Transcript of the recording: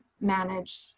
manage